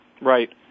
Right